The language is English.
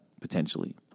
potentially